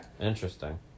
Interesting